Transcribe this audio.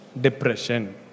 Depression